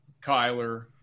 Kyler